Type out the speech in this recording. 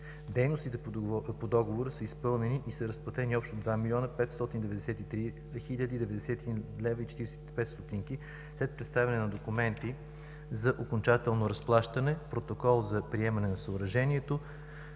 Дейностите по договора за изпълнени и за разплатени общо 2 млн. 593 хил. 91 лв. 45 ст. след представяне на документи за окончателно разплащане – протокол за приемане на съоръжението,